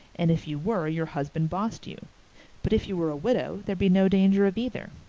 and if you were your husband bossed you but if you were a widow there'd be no danger of either.